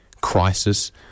crisis